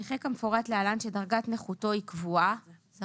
נכה כמפורט להלן שדרגת נכותו קבועה